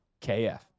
KF